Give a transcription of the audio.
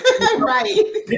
Right